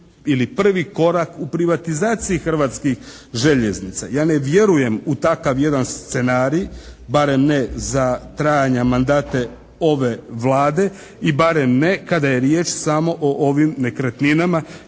prvi korak u privatizaciji Hrvatskih željeznica. Ja ne vjerujem u takav jedan scenarij, barem ne za trajanja mandata ove Vlade i barem ne kada je riječ samo o ovim nekretninama,